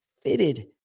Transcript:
fitted